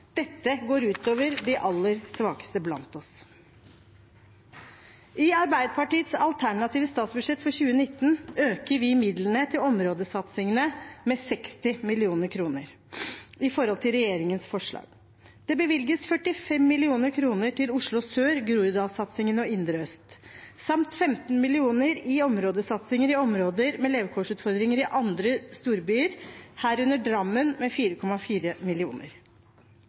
Dette går ut over de aller svakeste blant oss. I Arbeiderpartiets alternative statsbudsjett for 2019 øker vi midlene til områdesatsningene med 60 mill. kr i forhold til regjeringens forslag. Det bevilges 45 mill. kr til Oslo sør-satsingen, Groruddalssatsingen og Oslo indre øst-satsingen samt 15 mill. kr til områdesatsinger i områder med levekårsutfordringer i andre storbyer, herunder Drammen med 4,4